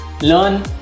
Learn